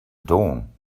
dawn